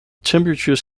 temperatures